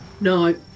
No